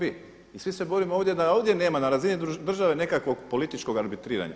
I svi se borimo ovdje da ovdje nema na razini države nekakvog političkog arbitrirana.